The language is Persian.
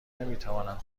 نمیتوانند